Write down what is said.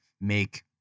make